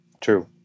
True